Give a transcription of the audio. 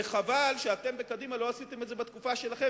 וחבל שאתם בקדימה לא עשיתם את זה בתקופה שלכם